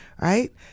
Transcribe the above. right